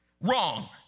wrong